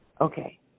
Okay